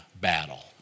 battle